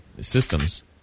systems